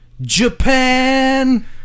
Japan